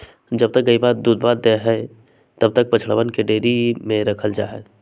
जब तक गयवा दूधवा देवा हई तब तक बछड़वन के डेयरी में रखल जाहई